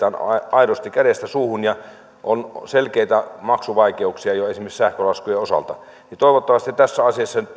aidosti kädestä suuhun ja on selkeitä maksuvaikeuksia jo esimerkiksi sähkölaskujen osalta toivottavasti tässä asiassa nyt